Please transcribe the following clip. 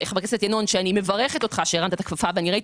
וחבר הכנסת ינון שאני מברכת אותך שהרמת את הכפפה וראיתי